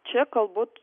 čia galbūt